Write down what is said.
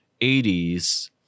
80s